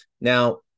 now